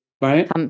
right